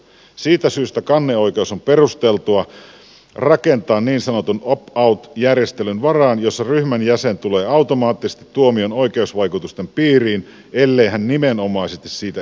siitä syystä kanneoikeus on perusteltua rakentaa niin sanotun opt out järjestelyn varaan jossa ryhmän jäsen tulee automaattisesti tuomion oikeusvaikutusten piiriin ellei hän nimenomaisesti siitä erikseen irtaudu